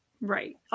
Right